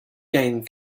gain